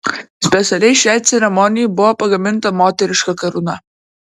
specialiai šiai ceremonijai buvo pagaminta moteriška karūna